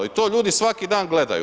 I to ljudi svaki dan gledaju.